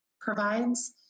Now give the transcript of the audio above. provides